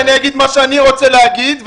ואני אגיד מה שאני רוצה להגיד,